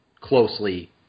closely